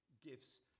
gifts